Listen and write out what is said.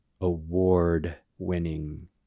award-winning